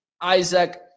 Isaac